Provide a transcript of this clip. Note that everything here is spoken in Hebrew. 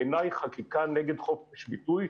בעיניי חקיקה נגד חופש ביטוי,